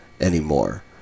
anymore